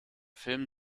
film